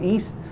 East